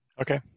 Okay